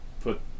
put